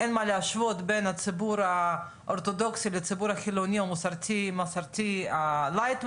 אין מה להשוות בין הציבור האורתודוקסי לציבור החילוני או המסורתי לייט,